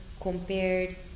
compared